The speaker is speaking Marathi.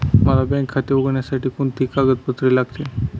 मला बँक खाते उघडण्यासाठी कोणती कागदपत्रे लागतील?